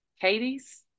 katie's